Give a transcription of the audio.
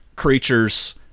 Creatures